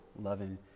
loving